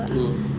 oo